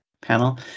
panel